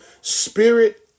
Spirit